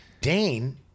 Dane